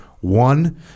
One